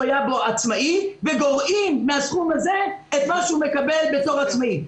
היה בו עצמאי וגורעים מן הסכום הזה את מה שהוא מקבל בתור עצמאי.